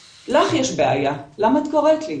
לך יש בעיה, למה את קוראת לי?